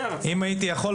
אם הייתי יכול,